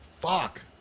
Fuck